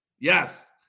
Yes